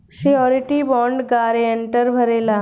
surety bond guarantor भरेला